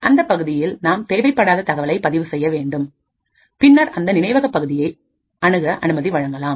அந்த பகுதியில் நாம் தேவைப்படாத தகவலை பதிவு செய்ய வேண்டும் பின்னர் அந்த நினைவக பகுதியை அணுக அனுமதி வழங்கலாம்